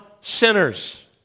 sinners